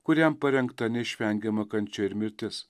kuriam parengta neišvengiamą kančią ir mirtis